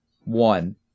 One